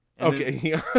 okay